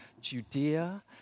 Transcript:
Judea